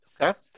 Okay